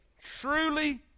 truly